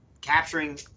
capturing